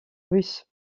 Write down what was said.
russes